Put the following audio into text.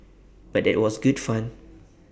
but that was good fun